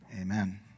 amen